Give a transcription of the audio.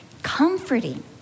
Comforting